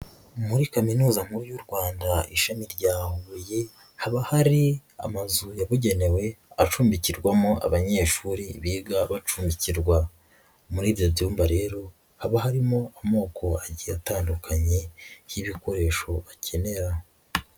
Muri Kaminuza Nkuru y'u Rwanda ishami rya Huye, haba hari amazu yabugenewe acumbikirwamo abanyeshuri biga bacumbikirwa. Muri Ibyo byumba rero, haba harimo amoko agiye atandukanye y'ibikoresho bakenera.